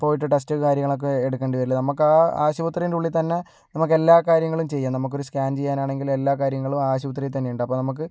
പോയിട്ട് ടെസ്റ്റിംഗ് കാര്യങ്ങളൊക്കെ എടുക്കേണ്ടി വരില്ലേ നമുക്ക് ആ ആശുപത്രീൻ്റെ ഉള്ളിൽ തന്നെ നമുക്കെല്ലാ കാര്യങ്ങളും ചെയ്യാം നമുക്ക് ഒരു സ്കാൻ ചെയ്യാനാണെങ്കിലും എല്ലാ കാര്യങ്ങളും ആശുപത്രിയിൽ തന്നെയുണ്ട് അപ്പം നമുക്ക്